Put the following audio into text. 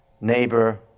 neighbor